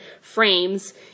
frames